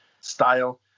style